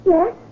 Yes